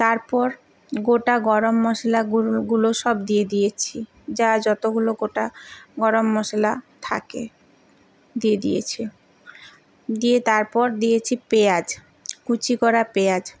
তারপর গোটা গরম মশলা গুঁড়গুলো সব দিয়ে দিয়েছি যা যতোগুলো গোটা গরম মশলা থাকে দিয়ে দিয়েছি দিয়ে তারপর দিয়েছি পেঁয়াজ কুঁচি করা পেঁয়াজ